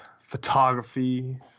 photography